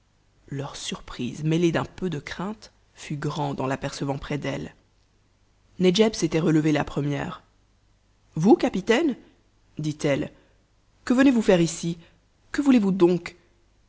leur surprise mêlée d'un peu de crainte fut grande en l'apercevant près d'elles nedjeb s'était relevée la première vous capitaine dit-elle que venez-vous faire ici que voulez-vous donc